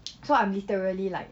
so I'm literally like